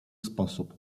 sposób